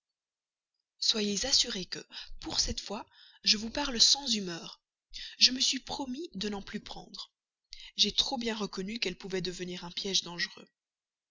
soyez assuré que pour cette fois je vous parle sans humeur je me suis promis de n'en plus prendre j'ai trop bien reconnu qu'elle pouvait devenir un piège dangereux